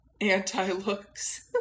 Anti-looks